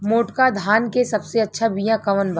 मोटका धान के सबसे अच्छा बिया कवन बा?